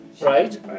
Right